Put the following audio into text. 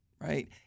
right